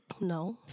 No